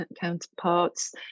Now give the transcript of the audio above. counterparts